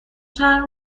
چند